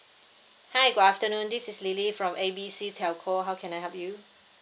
hi good afternoon this is lily from A B C telco how can I help you